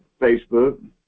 Facebook